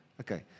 okay